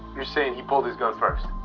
you're saying he pulled his gun first?